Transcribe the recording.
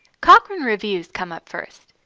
cochrane reviews come up first.